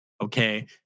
Okay